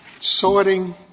sorting